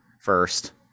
first